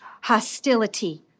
hostility